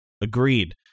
Agreed